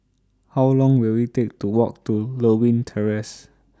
How Long Will IT Take to Walk to Lewin Terrace